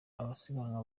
abasiganwa